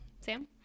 Sam